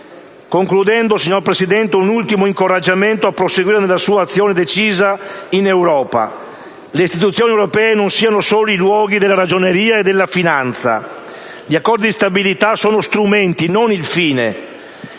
Concludendo, signor Presidente, le rivolgo un ultimo incoraggiamento a proseguire nella sua azione decisa in Europa. Le istituzioni europee non siano solo i luoghi della ragioneria e della finanza: gli accordi di stabilità sono strumenti, non il fine;